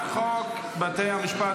אושר, תתבייש.